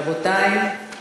רבותי,